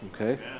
Okay